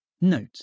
Note